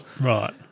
Right